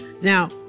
Now